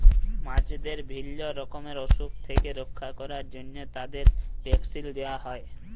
মাছদের বিভিল্য রকমের অসুখ থেক্যে রক্ষা ক্যরার জন্হে তাদের ভ্যাকসিল দেয়া হ্যয়ে